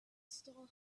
stall